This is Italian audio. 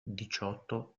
diciotto